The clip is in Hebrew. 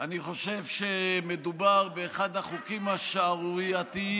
אני חושב שמדובר באחד החוקים השערורייתיים